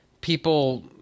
people